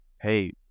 hey